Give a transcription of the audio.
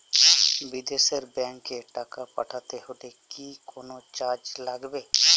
বিদেশের ব্যাংক এ টাকা পাঠাতে হলে কি কোনো চার্জ লাগবে?